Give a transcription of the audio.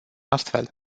astfel